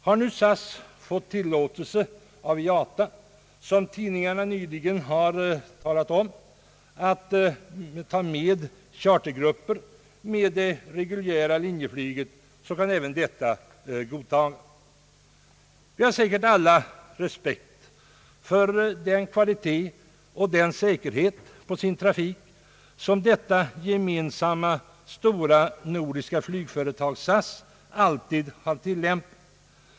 Har nu SAS fått tillåtelse av IATA — vilket tidningarna nyligen har talat om — att ta med chartergrupper med det reguljära linjeflyget, kan även detta godtagas. Vi har säkert alla respekt för den kvalitet och den säkerhet när det gäller trafiken som detta gemensamma stora nordiska flygföretag SAS alltid har uppvisat.